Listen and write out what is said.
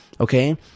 okay